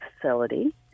facility